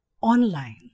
online